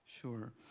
Sure